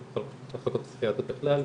במחלקות פסיכיאטריות בכלל,